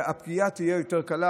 שהפגיעה תהיה יותר קלה,